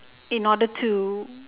in order to